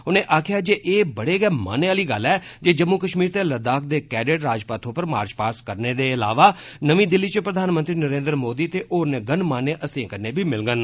उनें आखेआ जे एह बड़े गै मानै आहली गल्ल ऐ जे जम्मू कष्मीर ते लद्दाख दे कैंडेट राजपथ उप्पर मार्च पास्ट करने दे अलावा नमीं दिल्ली च प्रधानमंत्री नरेन्द्र मोदी ते होरनें गणमान्य हस्तिएं कन्नै बी मिलड़न